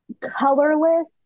colorless